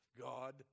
God